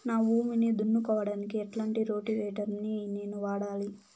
నా భూమి దున్నుకోవడానికి ఎట్లాంటి రోటివేటర్ ని నేను వాడాలి?